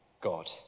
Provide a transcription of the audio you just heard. God